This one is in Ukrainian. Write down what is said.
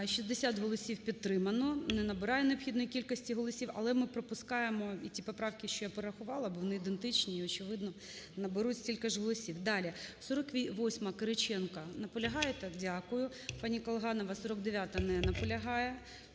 60 голосів підтримано. Не набирає необхідної кількості голосів. Але ми пропускаємо і ті поправки, що я порахувала, бо вони ідентичні і, очевидно, наберуть стільки ж голосів. Далі. 48-а, Кириченка. Наполягаєте? Дякую. Пані Колганова, 49-а. Не наполягає.